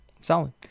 Solid